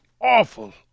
awful